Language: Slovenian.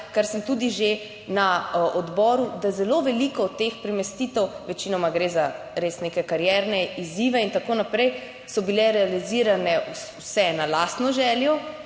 kar sem tudi že na odboru, da zelo veliko teh premestitev, večinoma gre za res neke karierne izzive in tako naprej, so bile realizirane vse na lastno željo